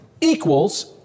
equals